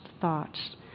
thoughts